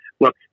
look